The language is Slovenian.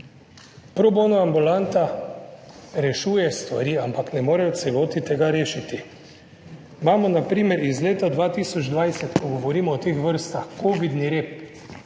Pro bono ambulanta rešuje stvari, ampak ne more v celoti tega rešiti. Imamo na primer iz leta 2020, ko govorimo o teh vrstah, kovidni rep.